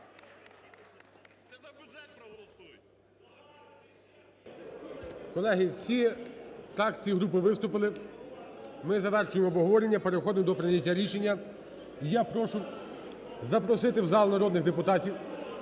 Колеги, всі фракції і групи виступили. Ми завершуємо обговорення, переходимо до прийняття рішення. Я прошу запросити в зал народних депутатів